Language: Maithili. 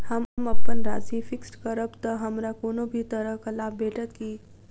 हम अप्पन राशि फिक्स्ड करब तऽ हमरा कोनो भी तरहक लाभ भेटत की?